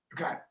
Okay